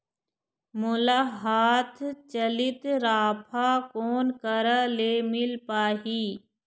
मोला हाथ चलित राफा कोन करा ले मिल पाही?